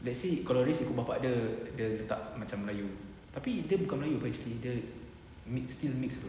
let's say kalau race ikut bapa dia dia tak macam melayu tapi dia bukan melayu [pe] actually dia mix still mix what